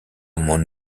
mon